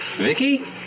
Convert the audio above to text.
Vicky